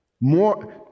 more